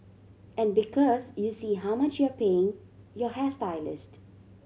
and because you see how much you're paying your hairstylist